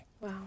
Wow